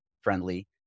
friendly